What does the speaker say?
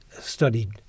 studied